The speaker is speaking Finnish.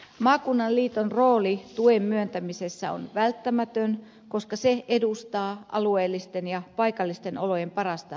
maakunnan liiton rooli tuen myöntämisessä on välttämätön koska se edustaa alueellisten ja paikallisten olojen parasta asiantuntemusta